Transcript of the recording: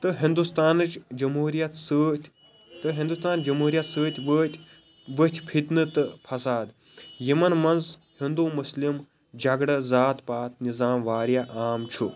تہٕ ہنٛدوستانٕچۍ جمہوٗرِیت سۭتۍ تہٕ ہنٛدوستان جمہوٗریت سۭتۍ وٲتۍ وۄتھۍ فِتنہٕ تہٕ فساد یِمن منٛز ہنٛدو مسلم جگھڑٕ ذات پات نظام واریاہ عام چھُ